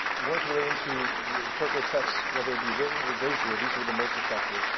work relating to rhetorical text, whether it be written or visual, these were the most effective,